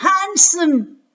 handsome